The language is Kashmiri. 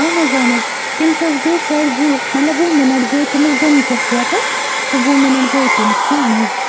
اَہن حظ اَہَن حظ تمِس حظ گٔے شاید وُہ مَطلَب وُہہ مِنَٹ گے تٔمِس گٔمۍتِس ییٚتَس تہٕ وُہہ مِنَٹ گے تمِس اَہن حظ